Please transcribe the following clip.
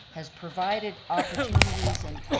has provided opportunities and